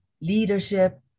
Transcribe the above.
leadership